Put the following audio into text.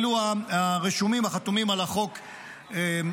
אלו החתומים על החוק שהוגש.